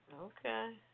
Okay